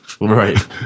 Right